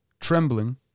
trembling